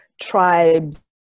tribes